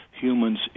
humans